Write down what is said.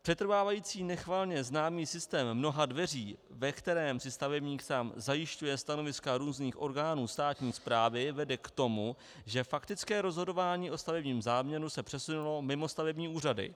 Přetrvávající nechvalně známý systém mnoha dveří, ve kterém si stavebník sám zajišťuje stanoviska různých orgánů státní správy, vede k tomu, že faktické rozhodování o stavebním záměru se přesunulo mimo stavební úřady.